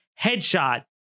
headshot